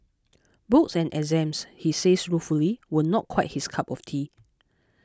books and exams he says ruefully were not quite his cup of tea